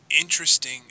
interesting